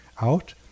out